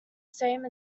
same